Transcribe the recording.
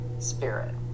spirit